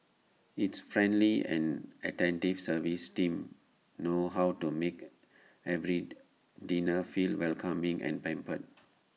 its friendly and attentive service team know how to make every diner feel welcoming and pampered